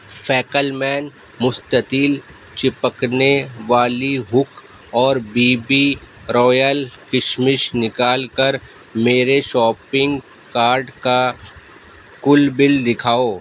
فیکلمین مستطیل چپکنے والی ہک اور بی بی رویل کشمش نکال کر میرے شاپنگ کارٹ کا کل بل دکھاؤ